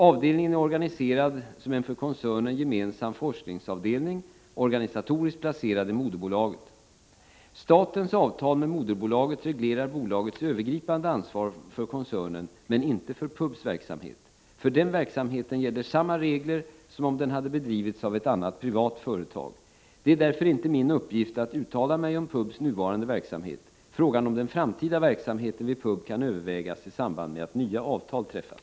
Avdelningen är organiserad som en för koncernen gemensam forskningsavdelning, organisatoriskt placerad i moderbolaget. Statens avtal med moderbolaget reglerar bolagets övergripande ansvar för koncernen men inte PUB:s verksamhet. För den verksamheten gäller samma regler som om den hade bedrivits av ett annat privat företag. Det är därför inte min uppgift att uttala mig om PUB:s nuvarande verksamhet. Frågan om den framtida verksamheten vid PUB kan övervägas i samband med att nya avtal träffas.